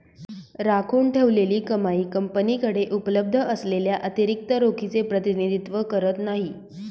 राखून ठेवलेली कमाई कंपनीकडे उपलब्ध असलेल्या अतिरिक्त रोखीचे प्रतिनिधित्व करत नाही